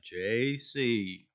jc